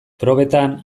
probetan